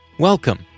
Welcome